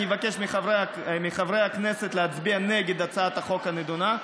אבקש מחברי הכנסת להצביע נגד הצעת החוק הנדונה.